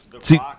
See